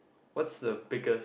what's the biggest